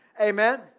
Amen